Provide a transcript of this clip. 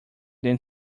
than